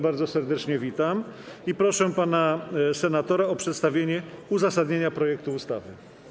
Bardzo serdecznie witam i proszę pana senatora o przedstawienie uzasadnienia projektu ustawy.